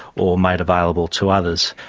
or made available to others.